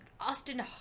Austin